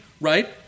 right